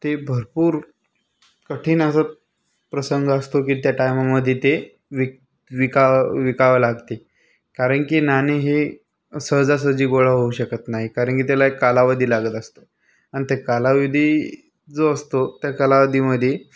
ते भरपूर कठीण असं प्रसंग असतो की त्या टाईमामध्ये ते विक विकावं विकावं लागते कारण की नाणी हे सहजासहजी गोळा होऊ शकत नाही कारण की त्याला एक कालावधी लागत असतो अन् ते कालावधी जो असतो त्या कालावधीमध्ये